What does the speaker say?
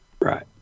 Right